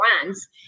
brands